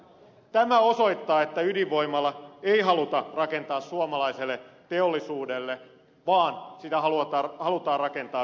tämä osoittaa että ydinvoimaa ei haluta rakentaa suomalaiselle teollisuudelle vaan sitä halutaan rakentaa vientiin